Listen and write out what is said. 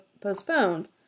postponed